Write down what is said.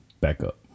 backup